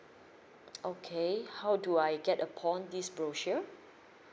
okay how do I get upon this brochure